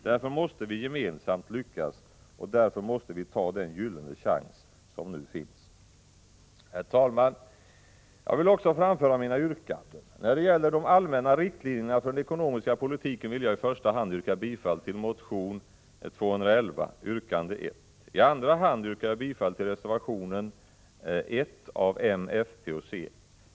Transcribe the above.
Därför måste vi gemensamt lyckas, därför måste vi ta den gyllene chans som vi nu har. Herr talman! Jag vill också framföra mina yrkanden. När det gäller de allmänna riktlinjerna för den ekonomiska politiken vill jag i första hand yrka bifall till motion 211, yrkande 1. I andra hand yrkar jag bifall till reservation 1 av m, fp och c.